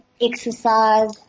exercise